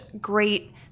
great